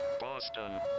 Boston